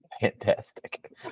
Fantastic